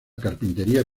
carpintería